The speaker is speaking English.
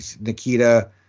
Nikita